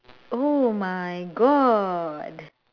oh my god